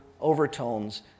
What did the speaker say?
overtones